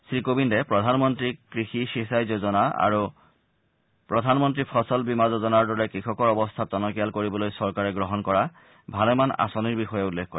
শ্ৰীকোৱিন্দে প্ৰধানমন্ত্ৰী কৃষি সিচাঁই যোজনা আৰু প্ৰধানমন্ত্ৰী ফচল বীমা যোজনাৰ দৰে কৃষকৰ অৱস্থা টনকিয়াল কৰিবলৈ চৰকাৰে গ্ৰহণ কৰা ভালেমান আঁচনিৰ বিষয়ে উল্লেখ কৰে